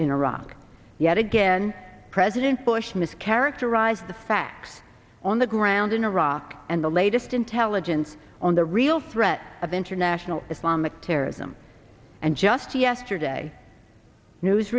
in iraq yet again president bush mischaracterized the facts on the ground in iraq and the latest intelligence on the real threat of international islamic terrorism and just yesterday news